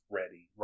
ready